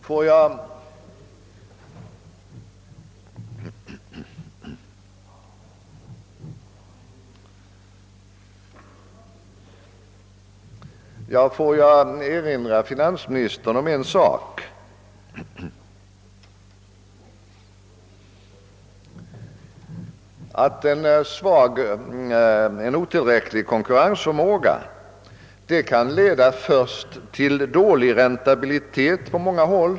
Låt mig erinra finansministern om att en svag och otillräcklig konkurrensförmåga först kan leda till en dålig räntabilitet på många håll.